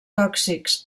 tòxics